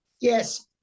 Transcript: Yes